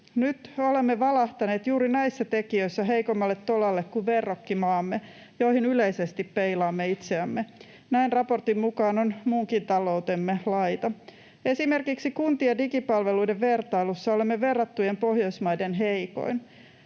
Nyt olemme valahtaneet juuri näissä tekijöissä heikommalle tolalle kuin verrokkimaamme, joihin yleisesti peilaamme itseämme. Näin raportin mukaan on muunkin taloutemme laita. Esimerkiksi kuntien digipalveluiden vertailussa olemme verrattujen Pohjoismaiden heikoin.